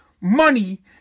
money